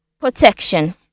protection